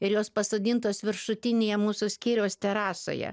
ir jos pasodintos viršutinėje mūsų skyriaus terasoje